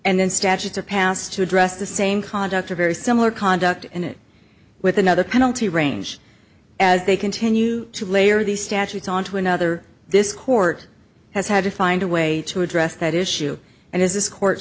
and then statutes are passed to address the same conduct or very similar conduct and it with another penalty range as they continue to layer these statutes onto another this court has had to find a way to address that issue and as this court